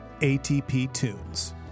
ATPTunes